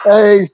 Hey